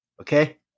Okay